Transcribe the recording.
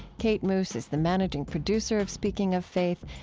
kate moos is the managing producer of speaking of faith.